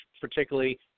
particularly